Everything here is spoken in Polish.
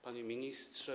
Panie Ministrze!